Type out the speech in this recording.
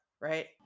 right